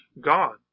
God